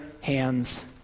hands